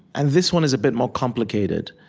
and this one is a bit more complicated